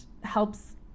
helps